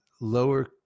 lower